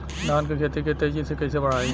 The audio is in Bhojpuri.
धान क खेती के तेजी से कइसे बढ़ाई?